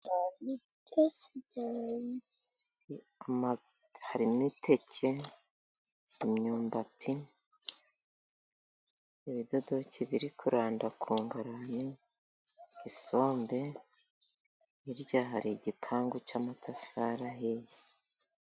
Harimo iteke ,imyumbati ,ibidodoki biri kuranda ku ngarani, isombe hirya hari igipangu cy'amatafari ahiye.